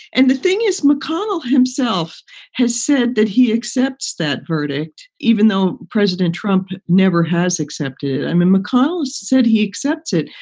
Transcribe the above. and the thing is, mcconnell himself has said that he accepts that verdict, even though president trump never has accepted it. i mean, mcconnell said he accepts it,